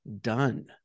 done